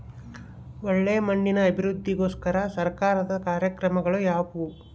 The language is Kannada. ಒಳ್ಳೆ ಮಣ್ಣಿನ ಅಭಿವೃದ್ಧಿಗೋಸ್ಕರ ಸರ್ಕಾರದ ಕಾರ್ಯಕ್ರಮಗಳು ಯಾವುವು?